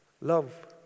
Love